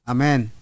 Amen